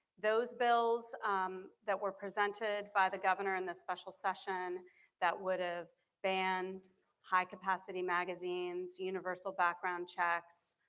those bills that were presented by the governor in this special session that would have banned high-capacity magazines, universal background checks,